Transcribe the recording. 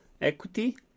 equity